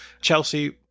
Chelsea